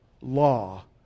law